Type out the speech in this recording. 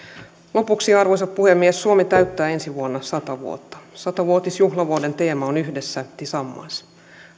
lopuksi arvoisa puhemies suomi täyttää ensi vuonna sata vuotta sata vuotisjuhlavuoden teema on yhdessä tillsammans